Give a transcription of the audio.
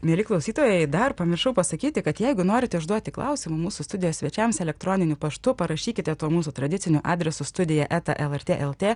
mieli klausytojai dar pamiršau pasakyti kad jeigu norite užduoti klausimų mūsų studijos svečiams elektroniniu paštu parašykite tuo mūsų tradiciniu adresu studija eta el er tė el tė